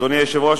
אדוני היושב-ראש,